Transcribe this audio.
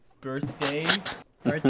Birthday